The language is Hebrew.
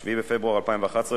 7 בפברואר 2011,